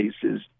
cases